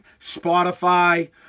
Spotify